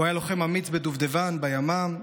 הוא היה לוחם אמיץ בדובדבן ובימ"מ,